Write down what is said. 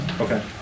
Okay